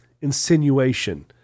insinuation